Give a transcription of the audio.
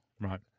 Right